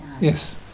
Yes